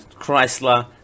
Chrysler